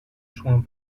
soins